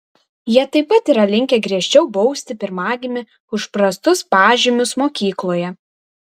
jie taip pat yra linkę griežčiau bausti pirmagimį už prastus pažymius mokykloje